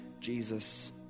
Jesus